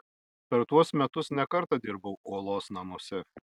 per tuos metus ne kartą dirbau uolos namuose